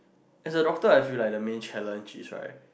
as a doctor I feel that the main challenge is right